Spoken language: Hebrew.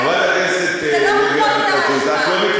חברת הכנסת לוי אבקסיס, זה לא מחוסר אשמה.